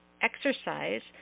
exercise